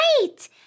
Right